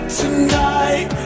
tonight